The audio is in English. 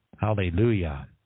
Hallelujah